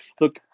look